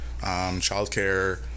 childcare